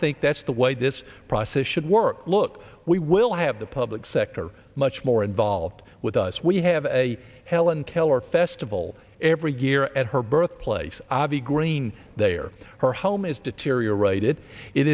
think that's the way this process should work look we will have the public sector much more involved with us we have a helen keller festival every year at her birthplace abi green they are her home is deteriorated it